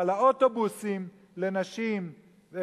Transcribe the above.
על האוטובוסים לנשים,